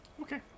Okay